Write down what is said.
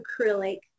acrylic